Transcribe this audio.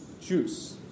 juice